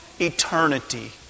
eternity